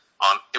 on